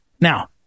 Now